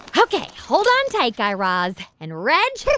ok. hold on tight, guy raz. and, reg,